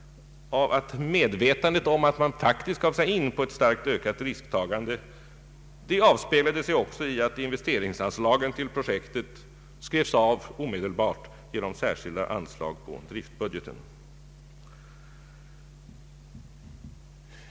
avveckling av Marvikenprojektet faktiskt gav sig in på starkt ökade risker avspeglade sig också i att investeringsanslagen till projektet omedelbart avskrevs genom särskilda anslag på driftbudgeten.